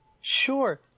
Sure